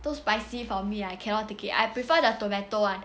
too spicy for me I cannot take it I prefer the tomato one